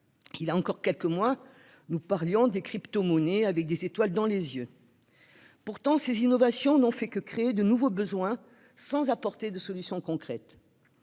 il y a encore quelques mois, nous parlions des cryptomonnaies avec des étoiles dans les yeux. Pourtant, ces innovations n'ont fait que créer de nouveaux besoins, sans apporter de solutions concrètes.